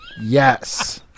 yes